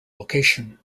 location